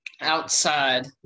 outside